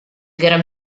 gran